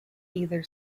either